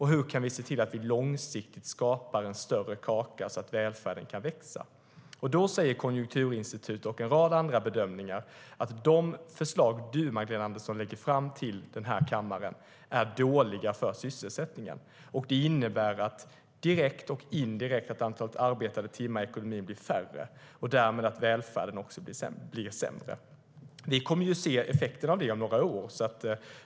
Hur kan vi se till att vi långsiktigt skapar en större kaka så att välfärden kan växa? Vi kommer att se effekten av det om några år.